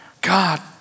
God